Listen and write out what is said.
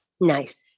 Nice